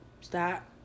stop